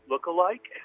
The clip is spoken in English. look-alike